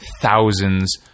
thousands